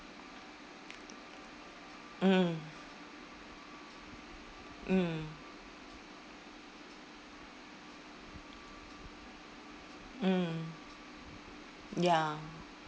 mm mm mm ya